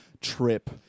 trip